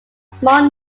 small